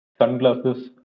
sunglasses